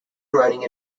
running